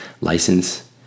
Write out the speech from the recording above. license